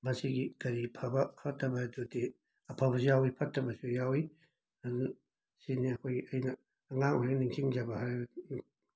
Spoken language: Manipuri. ꯃꯁꯤꯒꯤ ꯀꯔꯤ ꯐꯕ ꯐꯠꯇꯕꯗꯨꯗꯤ ꯑꯐꯕꯁꯨ ꯌꯥꯎꯋꯤ ꯐꯠꯇꯕꯁꯨ ꯌꯥꯎꯋꯤ ꯑꯗꯨ ꯁꯤꯁꯤꯅꯦ ꯑꯩꯈꯣꯏꯒꯤ ꯑꯩꯅ ꯑꯉꯥꯡ ꯑꯣꯏꯔꯤꯉꯩ ꯅꯤꯡꯁꯤꯡꯖꯕ ꯍꯥꯏꯔꯒ